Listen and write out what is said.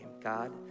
God